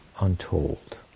untold